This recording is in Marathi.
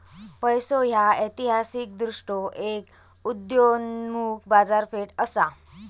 पैसो ह्या ऐतिहासिकदृष्ट्यो एक उदयोन्मुख बाजारपेठ असा